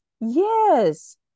Yes